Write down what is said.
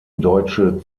deutsche